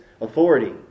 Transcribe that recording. authority